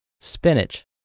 spinach